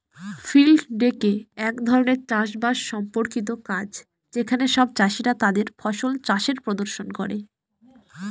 field day এক ধরনের চাষ বাস সম্পর্কিত কাজ যেখানে সব চাষীরা তাদের ফসল চাষের প্রদর্শন করে